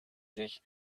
sich